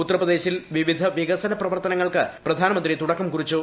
ഉത്തർ പ്രദേശിൽ വിവിധ വികസന പ്രവർത്തനങ്ങൾക്കു പ്രധാനമന്ത്രി തുടക്കം കുറിച്ചു